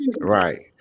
Right